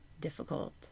difficult